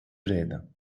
redden